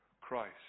Christ